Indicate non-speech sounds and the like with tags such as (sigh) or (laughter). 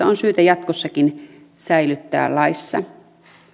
(unintelligible) on syytä jatkossakin säilyttää laissa